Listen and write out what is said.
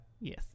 Yes